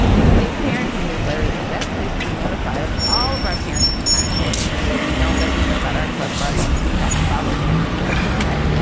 slate's parenting newsletter is the best place to be notified of all of our parents and content, even though we don't let you know about our club parties. you had to follow dan on twitter for that.